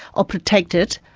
or protected,